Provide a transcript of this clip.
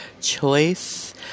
choice